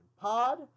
Pod